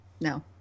no